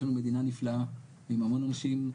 יש לנו מדינה נפלאה עם המון אנשים.